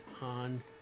on